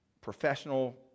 professional